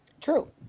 True